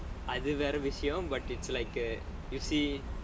அது வேற விஷயம்:athu vera vishayam but it's like uh you see